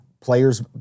Players